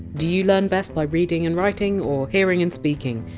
do you learn best by reading and writing or hearing and speaking?